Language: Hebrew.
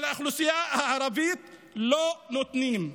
ולאוכלוסייה הערבית לא נותנים.